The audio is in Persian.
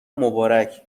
مبارک